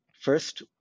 first